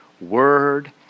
word